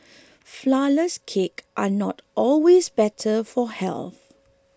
Flourless Cakes are not always better for health